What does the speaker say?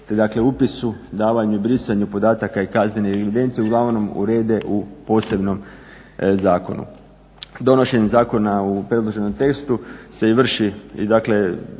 dakle upisu, davanju i brisanju podataka iz kaznene evidencije uglavnom urede u posebnom zakonu. Donošenjem zakona u predloženom tekstu se i vrši istraživanje